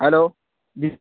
hello